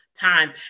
time